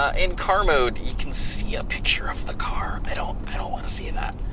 ah in car mode, you can see a picture of the car, i don't, i don't wanna see that.